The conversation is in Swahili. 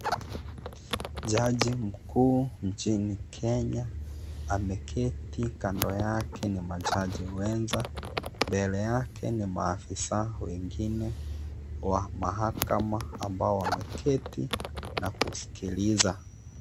Jaji Mkuu nchini Kenya ameketi kando yake na majaji wenza. Mbele yake ni maafisa wengine wa mahakama ambao wameketi na kusikiliza.